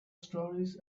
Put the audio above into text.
stories